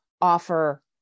offer